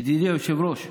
ידידי היושב-ראש,